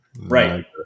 Right